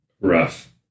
Rough